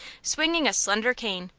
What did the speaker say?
swinging a slender cane,